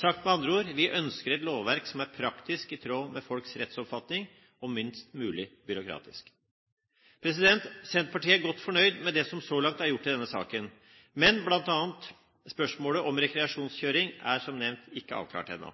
Sagt med andre ord: Vi ønsker et lovverk som er praktisk, i tråd med folks rettsoppfatning og minst mulig byråkratisk. Senterpartiet er godt fornøyd med det som så langt er gjort i denne saken. Men bl.a. spørsmålet om rekreasjonskjøring er, som nevnt, ikke avklart ennå.